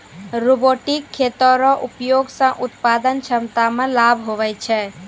robotic खेती रो उपयोग से उत्पादन क्षमता मे लाभ हुवै छै